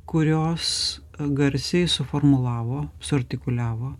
kurios garsiai suformulavo suartikuliavo